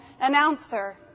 announcer